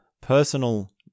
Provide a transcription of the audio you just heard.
personal